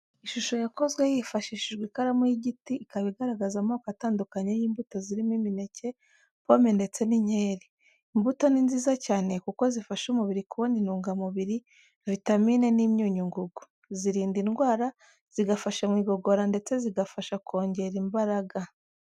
Ishusho yakozwe hifashishijwe ikaramu y'igiti ikaba igaragaza amoko atandukanye y'imbuto zirimo imineke, pome ndetse n'inkeri. Imbuto ni nziza cyane kuko zifasha umubiri kubona intungamubiri, vitamine n'imyunyungugu. Zirinda indwara, zigafasha mu igogora ndetse zigafasha kongera imbaraga.